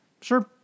Sure